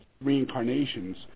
reincarnations